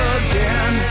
again